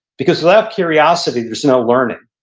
because without curiosity there's no learning.